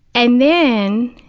and then,